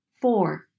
Four